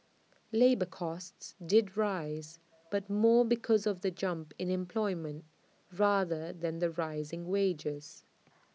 labour costs did rise but more because of the jump in employment rather than the rising wages